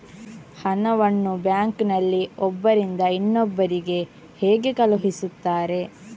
ಹಣವನ್ನು ಬ್ಯಾಂಕ್ ನಲ್ಲಿ ಒಬ್ಬರಿಂದ ಇನ್ನೊಬ್ಬರಿಗೆ ಹೇಗೆ ಕಳುಹಿಸುತ್ತಾರೆ?